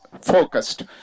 focused